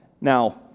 Now